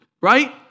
right